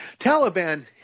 Taliban